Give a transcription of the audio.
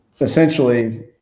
essentially